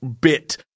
bit